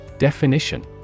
Definition